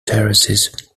terraces